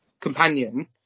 companion